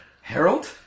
Harold